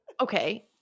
Okay